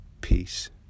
Peace